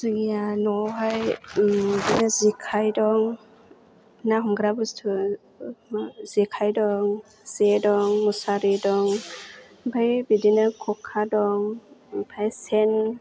जोंनि न'आवहाय जे जेखाय दं ना हमग्रा बस्थु मा जेखाय दं जे दं मुसारि दं ओमफ्राय बिदिनो खखा दं ओमफ्राय सेन